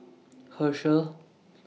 Herschel